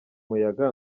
muyaga